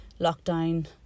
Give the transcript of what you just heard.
lockdown